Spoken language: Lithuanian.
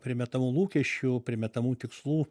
primetamų lūkesčių primetamų tikslų